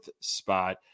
spot